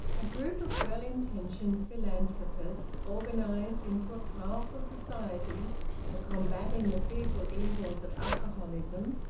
a group of well-intentioned philanthropists, organised into a powerful society for combating the fearful evils of alcoholism,